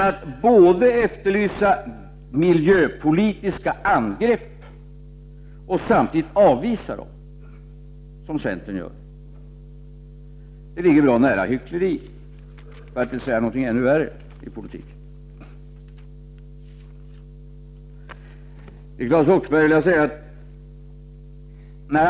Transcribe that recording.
Men att efterlysa miljöpolitiska angrepp samtidigt som man avvisar sådana, som centern gör, ligger bra nära hyckleri i politiken — för att inte säga något ännu värre. Till Claes Roxbergh vill jag säga följande.